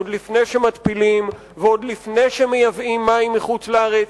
עוד לפני שמתפילים ועוד לפני שמייבאים מים מחוץ-לארץ,